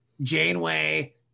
Janeway